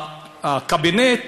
הקבינט,